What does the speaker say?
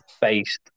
based